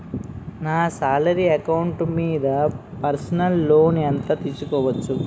నా salary account మీద personal loan ఎంత తీసుకోవచ్చు?